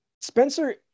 Spencer